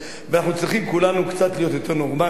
ואנחנו צריכים כולנו להיות קצת יותר נורמלים,